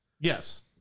Yes